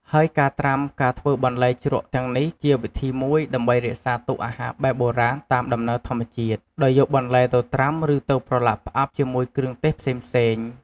ហេីយការត្រាំការធ្វើបន្លែជ្រក់ទាំងនេះជាវិធីមួយ ដេីម្បីរក្សាទុកអាហារបែបបុរាណតាមដំណើរធម្មជាតិ ដោយយកបន្លែទៅត្រាំឬទៅប្រឡាក់ផ្អាប់ជាមួយគ្រឿងទេសផ្សេងៗ។